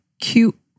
cute